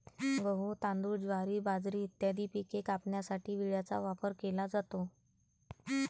गहू, तांदूळ, ज्वारी, बाजरी इत्यादी पिके कापण्यासाठी विळ्याचा वापर केला जातो